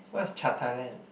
what's Cha Thailand